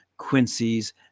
quincy's